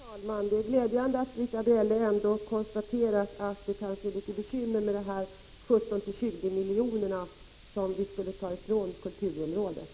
Herr talman! Det är ändå glädjande, Britta Bjelle, att höra att det kan vara litet bekymmersamt med tanke på de 17-20 miljoner som kulturområdet skulle fråntas.